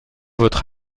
votre